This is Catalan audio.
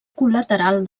col·lateral